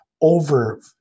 over